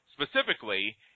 specifically